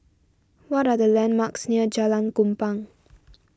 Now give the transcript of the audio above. what are the landmarks near Jalan Kupang